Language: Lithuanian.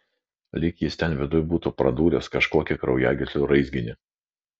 lyg jis ten viduj būtų pradūręs kažkokį kraujagyslių raizginį